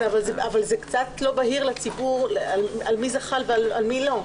זה לא בהיר לציבור על מי זה חל ועל מי לא.